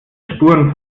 spuren